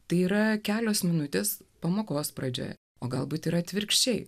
tai yra kelios minutės pamokos pradžioje o galbūt ir atvirkščiai